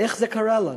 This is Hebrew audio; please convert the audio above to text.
איך זה קרה לנו?